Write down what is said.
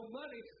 money